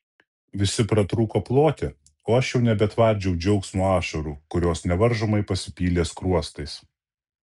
visi pratrūko ploti o aš jau nebetvardžiau džiaugsmo ašarų kurios nevaržomai pasipylė skruostais